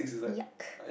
yuck